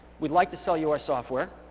we'd like to sell you our software,